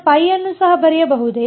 ನಾನು π ಅನ್ನು ಸಹ ಬರೆಯಬಹುದೇ